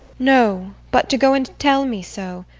no, but to go and tell me so.